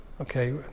okay